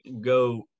go